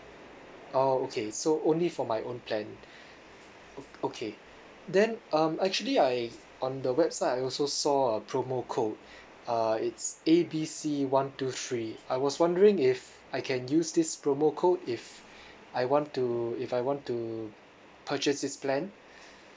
oh okay so only for my own plan o~ okay then um actually I on the website I also saw a promo code uh it's A B C one two three I was wondering if I can use this promo code if I want to if I want to purchase this plan